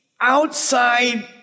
outside